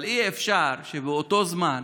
אבל אי-אפשר שבאותו זמן